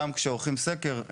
גם כשעורכים סקר,